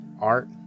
art